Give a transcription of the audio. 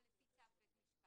או לפי צו בית משפט.